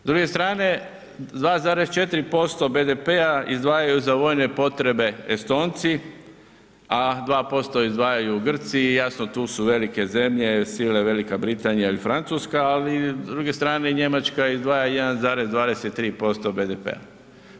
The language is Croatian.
S druge strane, 2,4% izdvajaju za vojne potrebe Estonci a 2% izdvajaju Grci i jasno, tu su velike zemlje, sile Velika Britanija i Francuska ali s druge strane, Njemačka izdvaja 1,23% BDP-a.